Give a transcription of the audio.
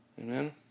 Amen